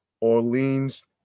Orleans